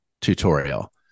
tutorial